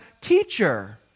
teacher